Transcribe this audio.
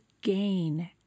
gain